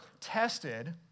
tested